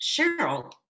Cheryl